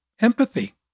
empathy